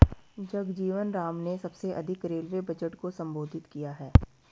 जगजीवन राम ने सबसे अधिक रेलवे बजट को संबोधित किया है